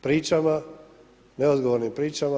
Pričama, neodgovornim pričama.